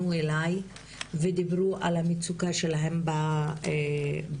אליי ודיברו על המצוקה שלהן בתפקיד,